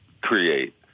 create